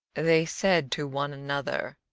they said to one another,